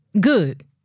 Good